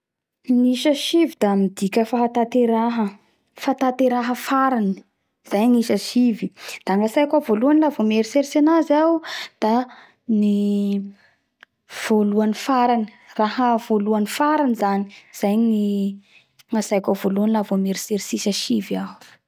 Ny isa sivy da midika fahatateraha farany zay gnisa sivy da gnatsaiko ao voalohany la vo mieritseritsy anazy iaho o da ny voalohany farany raha voalohany farany zany zay gny zay gny atsaiko ao voalohany vo mieritseritsy isa sivy iaho